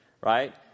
right